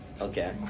Okay